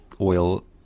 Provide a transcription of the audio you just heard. oil